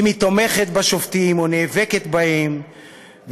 אם היא תומכת בשופטים או נאבקת בהם.